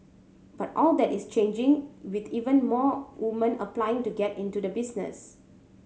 but all that is changing with even more woman applying to get into the business